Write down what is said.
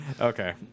Okay